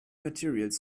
materials